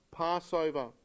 Passover